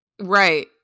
Right